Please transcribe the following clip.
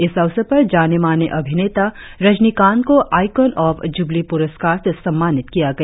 इस अवसर पर जाने माने अभिनेता रजनीकांत को आईकॉन ऑफ जुबली पुरस्कार से सम्मानित किया गया